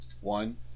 One